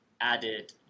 added